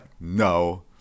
no